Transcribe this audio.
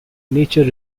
nature